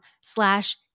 slash